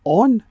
on